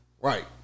right